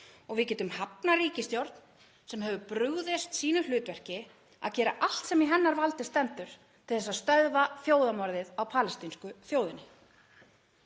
Við getum hafnað ríkisstjórn sem hefur brugðist sínu hlutverki að gera allt sem í hennar valdi stendur til að stöðva þjóðarmorðið á palestínsku þjóðinni.